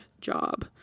job